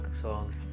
songs